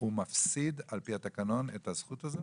הוא מפסיד על פי התקנון את הזכות הזאת?